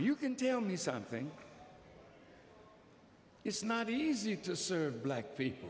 you can tell me something it's not easy to serve black people